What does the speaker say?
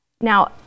Now